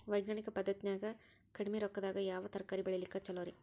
ವೈಜ್ಞಾನಿಕ ಪದ್ಧತಿನ್ಯಾಗ ಕಡಿಮಿ ರೊಕ್ಕದಾಗಾ ಯಾವ ತರಕಾರಿ ಬೆಳಿಲಿಕ್ಕ ಛಲೋರಿ?